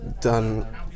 done